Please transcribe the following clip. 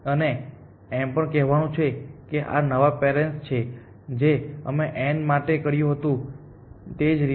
અને એમ પણ કહેવાનું છે કે આ નવા પેરેન્ટસ છે જેમ અમે n માટે કર્યું હતું તે જ રીતે